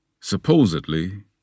Supposedly